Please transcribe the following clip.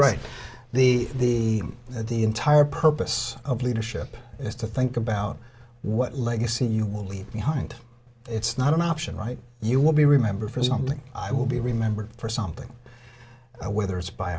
write the the the entire purpose of leadership is to think about what legacy you will leave behind it's not an option right you will be remembered for something i will be remembered for something whether it's by